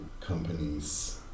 companies